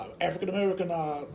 African-American